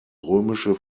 römische